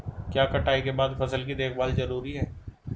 क्या कटाई के बाद फसल की देखभाल जरूरी है?